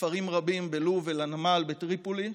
מכפרים רבים בלוב אל הנמל בטריפולי,